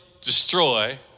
destroy